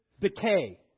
decay